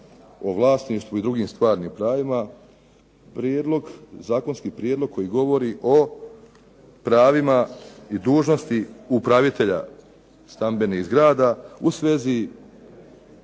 o vlasništvu i drugim stvarnim pravima, Zakonski prijedlog koji govori o pravima i dužnosti upravitelja stambenih zgrada u svezi